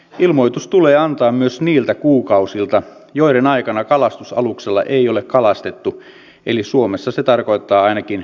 ilmoitus tulee antaa myös niiltä kuukausilta joiden aikana kalastusaluksella ei ole kalastettu eli suomessa se tarkoittaa ainakin sisävesillä talvea